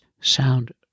sound